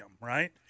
right